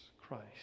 Christ